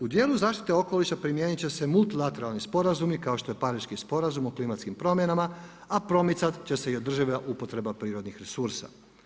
U dijelu zaštite okoliša primijenit će se multilateralni sporazumi, kao što je Pariški sporazum o klimatskim promjenama a promicati će se i održiva upotreba prirodnih resursa.